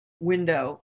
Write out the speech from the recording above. window